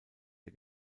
der